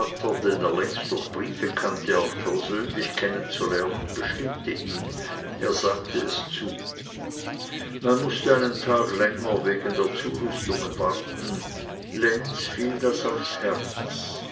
längst durch briefe kannte auch persönlich kennen zu lernen bestimmte ihn er sagte es zu man mußte einen tag länger wegen der zurüstungen warten lenz fiel das aufs herz